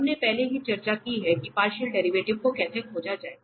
हमने पहले ही चर्चा की है कि पार्शियल डेरिवेटिव को कैसे खोजा जाए